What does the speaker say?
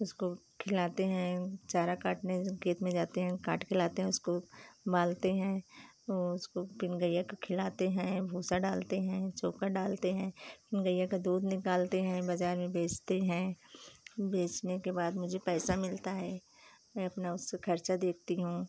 उसको खिलाते हैं चारा काटने जब खेत में जाते हैं काटकर लाते हैं उसको मालते हैं वो उसको फिर गईया को खिलाते हैं भूसा डालते हैं चोकर डालते हैं गईया का दूध निकालते हैं बाज़ार में बेचते हैं बेचने के बाद मुझे पैसा मिलता है मैं अपना उससे ख़र्चा देखती हूँ